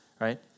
right